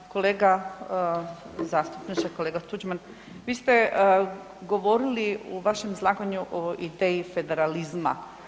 Kolega zastupniče, kolega Tuđman vi ste govorili u vašem izlaganju o ideji federalizma.